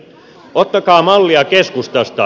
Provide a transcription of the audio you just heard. ottakaa mallia keskustasta